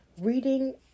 Reading